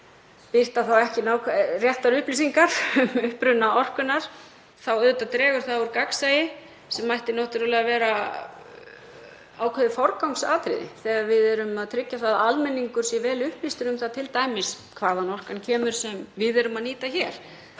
birta ekki réttar upplýsingar um uppruna orkunnar þá dregur það auðvitað úr gagnsæi sem ætti náttúrlega að vera ákveðið forgangsatriði þegar við erum að tryggja að almenningur sé vel upplýstur um það t.d. hvaðan orkan kemur sem við nýtum hér.